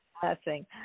Blessing